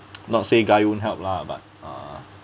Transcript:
not say guy won't help lah but err